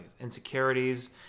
insecurities